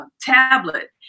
tablet